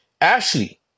Ashley